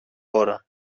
ώρα